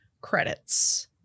credits